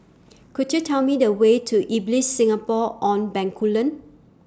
Could YOU Tell Me The Way to Ibis Singapore on Bencoolen